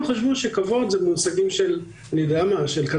חשבו ש-"כבוד" זה במושגים של קזבלן,